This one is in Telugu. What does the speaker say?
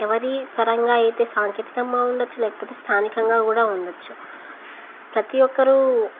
ఎవరి పరంగా అయితే సాంకేతికంగా ఉండవచ్చు లేకపోతే స్థానికంగా కూడా ఉండవచ్చు ప్రతి ఒక్కరూ